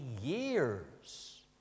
years